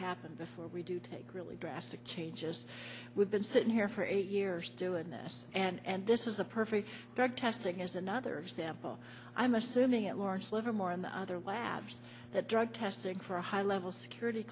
happen before we do take really drastic changes we've been sitting here for eight years doing this and this is a perfect drug testing is another example i'm assuming at lawrence livermore on the other labs that drug testing for a high level security